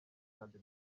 kandi